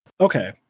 okay